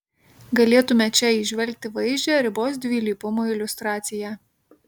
galėtume čia įžvelgti vaizdžią ribos dvilypumo iliustraciją